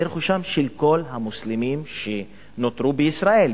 זה רכושם של כל המוסלמים שנותרו בישראל,